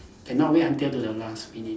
cannot wait until to the last minute